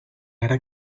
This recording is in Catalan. ara